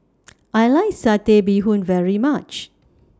I like Satay Bee Hoon very much